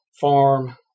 farm